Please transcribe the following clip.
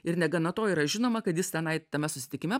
ir negana to yra žinoma kad jis tenai tame susitikime